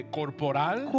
corporal